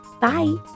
Bye